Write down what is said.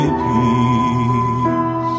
peace